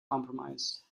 compromised